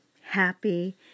happy